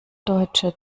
deutscher